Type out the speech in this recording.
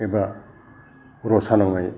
एबा रसा नांनाय